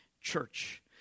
church